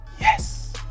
yes